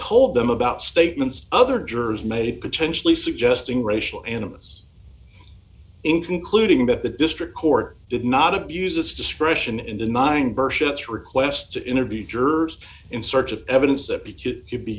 told them about statements other jurors may potentially suggesting racial animus in concluding that the district court did not abuse us discretion in denying burchett's request to interview jurors in search of evidence that could be